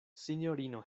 sinjorino